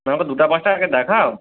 আমাকে দুটো পাঁচটা আগে দেখাও